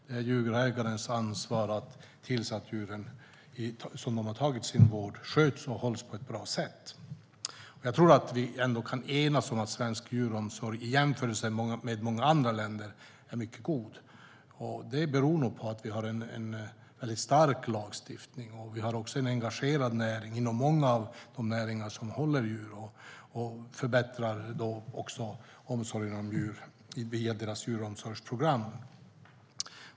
Det är djurägarnas ansvar att se till att de djur som de har tagit i sin vård sköts och hålls på ett bra sätt. Jag tror att vi ändå kan enas om att svensk djuromsorg i jämförelse med många andra länder är mycket god. Det beror nog på att vi har en stark lagstiftning. Vi har också ett engagemang inom många av de näringar där djur hålls, och de förbättrar omsorgen om djuren via sina djuromsorgsprogram.